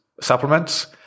supplements